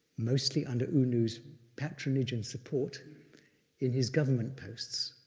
mostly under u nu's patronage and support in his government posts.